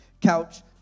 couch